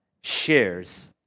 shares